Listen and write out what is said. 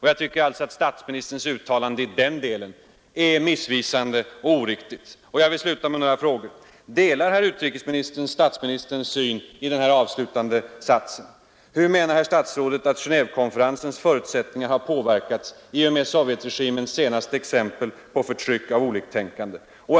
Jag tycker alltså att statsministerns uttalande i den delen är missvisande och oriktigt. Jag vill sluta med några frågor: Delar herr utrikesministern statsministerns syn i den här avslutande satsen? Hur menar herr statsrådet att Genévekonferensens förutsättningar har påverkats i och med sovjetregimens senaste exempel på förtryck av oliktänkande?